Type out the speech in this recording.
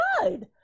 good